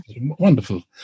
wonderful